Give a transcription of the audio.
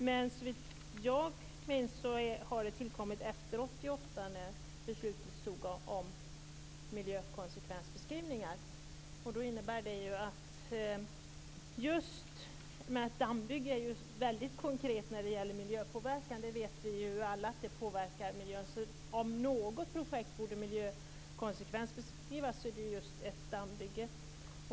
Såvitt jag minns har det tillkommit efter 1988, när beslutet fattades om miljökonsekvensbeskrivningar. Just ett dammbygge är ju väldigt konkret när det gäller miljöpåverkan. Vi vet ju alla att det påverkar miljön, så om något projekt borde miljökonsekvensbeskrivas är det just ett dammbygge.